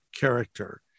character